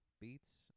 beats